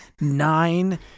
nine